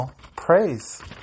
praise